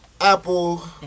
Apple